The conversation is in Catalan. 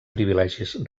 privilegis